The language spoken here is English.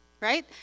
right